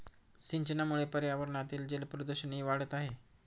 सिंचनामुळे पर्यावरणातील जलप्रदूषणही वाढत आहे